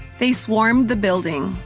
they swarmed the building,